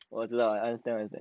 我知道 understand lah